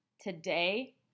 today